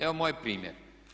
Evo moj primjer.